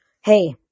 Hey